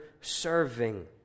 serving